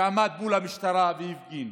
שעמד מול המשטרה והפגין.